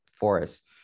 forest